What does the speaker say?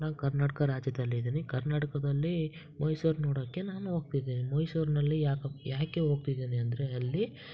ನಾನು ಕರ್ನಾಟಕ ರಾಜ್ಯದಲ್ಲಿದ್ದೀನಿ ಕರ್ನಾಟಕದಲ್ಲಿ ಮೈಸೂರು ನೋಡೋಕ್ಕೆ ನಾನು ಹೋಗ್ತಿದ್ದೀನಿ ಮೈಸೂರಿನಲ್ಲಿ ಯಾಕೆ ಯಾಕೆ ಹೋಗ್ತಿದೀನಿ ಅಂದರೆ ಅಲ್ಲಿ